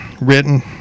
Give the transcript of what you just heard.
written